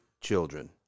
children